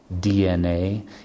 DNA